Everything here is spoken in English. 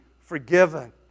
forgiven